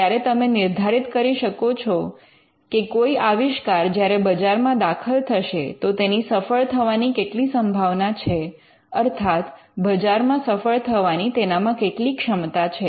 ત્યારે તમે નિર્ધારિત કરી શકો છો કે કોઈ આવિષ્કાર જ્યારે બજારમાં દાખલ થશે તો તેની સફળ થવાની કેટલી સંભાવના છે અર્થાત બજારમાં સફળ થવાની તેનામાં કેટલી ક્ષમતા છે